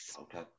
Okay